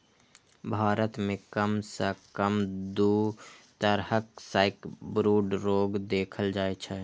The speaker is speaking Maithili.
भारत मे कम सं कम दू तरहक सैकब्रूड रोग देखल जाइ छै